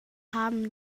haben